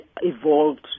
evolved